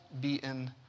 beaten